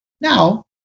now